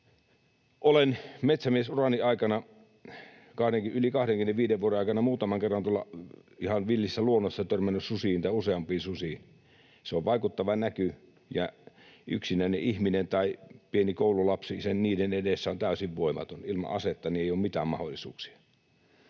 Olen metsämiesurani aikana, yli 25 vuoden aikana, muutaman kerran tuolla ihan villissä luonnossa törmännyt suteen tai useampiin susiin. Se on vaikuttava näky, ja yksinäinen ihminen tai pieni koululapsi niiden edessä on täysin voimaton. Ilman asetta ei ole mitään mahdollisuuksia.